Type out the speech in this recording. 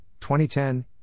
2010